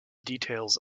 details